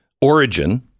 origin